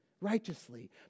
righteously